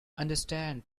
understand